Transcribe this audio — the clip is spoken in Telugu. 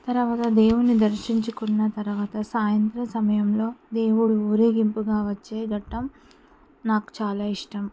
తర్వాత దేవుణ్ణి దర్శించుకున్న తరువాత సాయంత్ర సమయంలో దేవుడు ఊరేగింపుగా వచ్చే ఘట్టం నాకు చాలా ఇష్టం